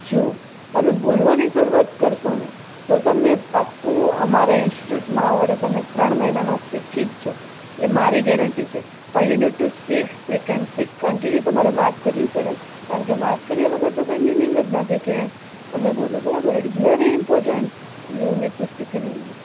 જુઓ તમે બોલવાની શરૂઆત કરશો ને તો તમે પાક્કું અમારા ઈન્સ્ટિટ્યૂટમાં આવડે તમે ત્રણ મહિનામાં શીખી જ જાવ એ મારી ગેરંટી છે પછી you need to speak speak and speak continue તમારે વાત કરવી પડે કારણકે વાત કર્યા વગર તો કોઈ મિનિંગ જ નથી કે તમે બોલો બરાબર it's very important you need to speak in English